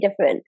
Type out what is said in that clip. different